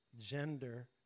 gender